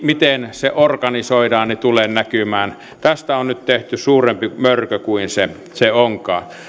miten se organisoidaan ei tule näkymään tästä on nyt tehty suurempi mörkö kuin se se onkaan